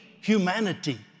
humanity